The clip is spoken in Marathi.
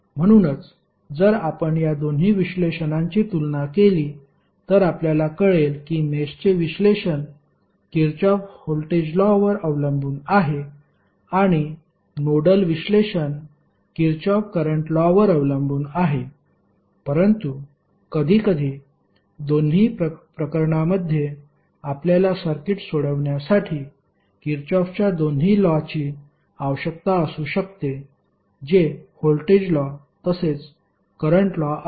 म्हणूनच जर आपण या दोन्ही विश्लेषणाची तुलना केली तर आपल्याला कळेल की मेषचे विश्लेषण किरचॉफ व्होल्टेज लॉ वर अवलंबून आहे आणि नोडल विश्लेषण किरचॉफ करंट लॉ वर अवलंबून आहे परंतु कधीकधी दोन्ही प्रकरणांमध्ये आपल्याला सर्किट सोडविण्यासाठी किरचॉफच्या दोन्ही लॉ ची आवश्यकता असू शकते जे व्होल्टेज लॉ तसेच करंट लॉ आहेत